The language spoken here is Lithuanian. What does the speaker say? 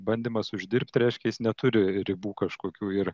bandymas uždirbt reiškia jis neturi ribų kažkokių ir